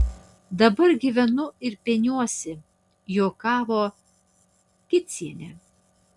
dabar gyvenu ir peniuosi juokavo gecienė